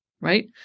right